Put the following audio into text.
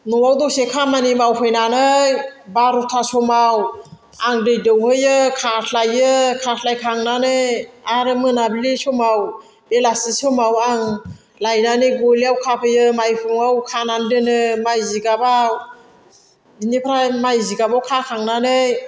न'आव दसे खामानि मावफैनानै बार'था समाव आं दै दौहैयो खास्लायो खास्लायखांनानै आरो मोनाब्लि समाव बेलासि समाव आं लायनानै गलियाव खाफैयो माइहुङाव खानानैदोनो माइ जिगाबआव बिनिफ्राय माइ जिगाबाव खाखांनानै